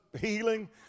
healing